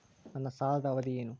ನನ್ನ ಸಾಲದ ಅವಧಿ ಏನು?